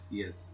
yes